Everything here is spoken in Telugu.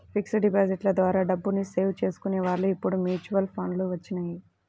ఫిక్స్డ్ డిపాజిట్ల ద్వారా డబ్బుని సేవ్ చేసుకునే వాళ్ళు ఇప్పుడు మ్యూచువల్ ఫండ్లు వచ్చినియ్యి